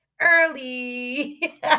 early